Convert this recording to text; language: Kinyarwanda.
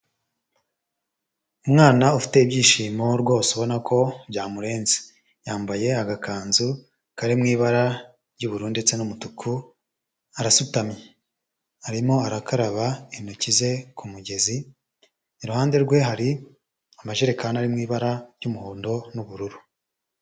Umwana ufite ibyishimo rwose ubona ko byamurenze, yambaye agakanzu kari mu ibara ry'ubururu ndetse n'umutuku, arasutamye arimo arakaraba intoki ze ku mugezi, iruhande rwe hari amajerekani ari mu ibara ry'umuhondo n'ubururu.